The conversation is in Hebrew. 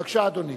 בבקשה, אדוני.